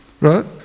right